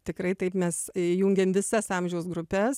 tikrai taip mes įjungėm visas amžiaus grupes